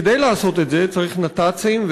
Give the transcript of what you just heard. כדי לעשות את זה צריך נת"צים,